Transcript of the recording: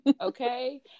Okay